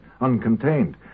uncontained